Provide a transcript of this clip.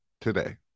today